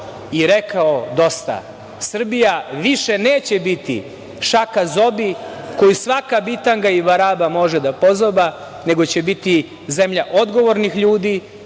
i rekao – dosta. Srbija više neće biti šaka zobi koju svaka bitanga i baraba može da pozoba, nego će biti zemlja odgovornih ljudi,